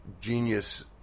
genius